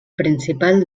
principal